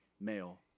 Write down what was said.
male